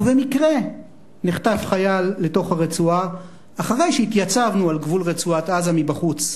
ובמקרה נחטף חייל לתוך הרצועה אחרי שהתייצבנו על גבול רצועת-עזה מבחוץ,